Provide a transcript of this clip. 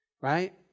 Right